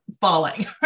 falling